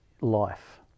life